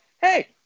hey